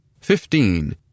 Fifteen